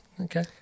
Okay